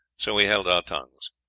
so we held our tongues.